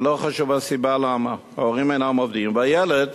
ולא חשובה הסיבה למה ההורים אינם עובדים, והילד